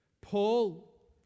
Paul